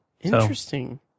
Interesting